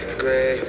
gray